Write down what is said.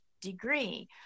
degree